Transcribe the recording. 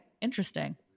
interesting